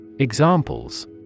Examples